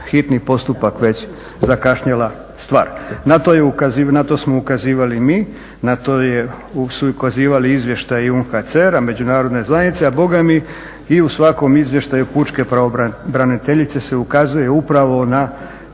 hitni postupak već zakašnjela stvar. Na to smo ukazivali mi, na to su ukazivali izvještaji UNHCR-a međunarodne zajednice, a i u svakom izvještaju pučke pravobraniteljice se ukazuje upravo na